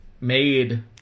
made